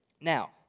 Now